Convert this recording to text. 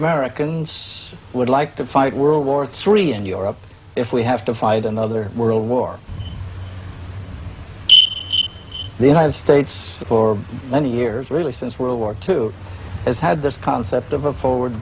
americans would like to fight world war three in europe if we have to fight another world war the united states for many years really since world war two has had this concept of a forward